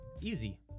Easy